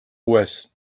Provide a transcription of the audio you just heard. uues